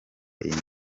iyi